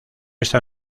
esta